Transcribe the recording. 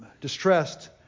distressed